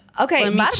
okay